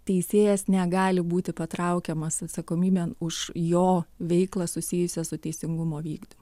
teisėjas negali būti patraukiamas atsakomybėn už jo veiklą susijusią su teisingumo vykdymu